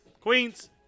Queens